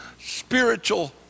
spiritual